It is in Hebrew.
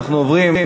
בעד,